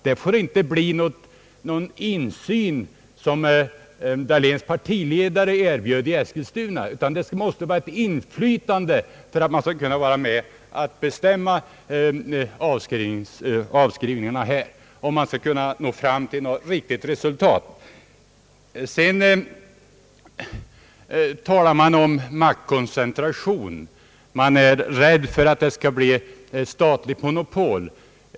Det får inte bli bara en insyn, som herr Dahléns partiledare erbjöd i sitt företag i Eskilstuna, utan det måste vara ett reellt inflytande för att arbetarna skall kunna vara med och bestämma avskrivningarna, om man skall kunna nå fram bill ett riktigt resultat. Det talades om maktkoncentration. Man är rädd för att det skall bli ett statligt monopol.